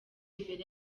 imbere